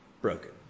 broken